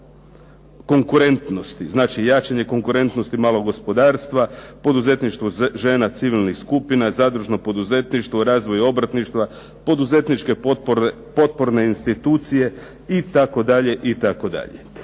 konkurentnosti, znači jačanje konkurentnosti malog gospodarstva, poduzetništvo žena civilnih skupina, zadružno poduzetništvo, razvoj obrtništva, poduzetničke potporne institucije itd., itd.